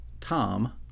Tom